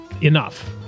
Enough